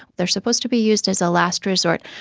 they are supposed to be used as a last resort,